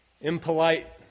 impolite